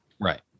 Right